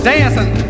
Dancing